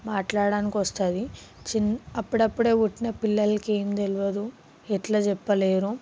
మాట్లాడానికి వస్తుంది చి అప్పుడు అప్పుడే పుట్టిన పిల్లలకి ఏం తెలియదు ఎట్లా చెప్పలేరు